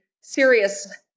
serious